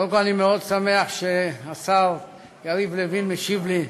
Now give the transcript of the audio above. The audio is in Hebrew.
קודם כול, אני מאוד שמח שהשר יריב לוין משיב לי.